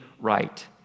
right